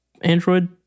android